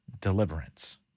deliverance